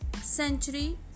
century